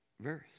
verse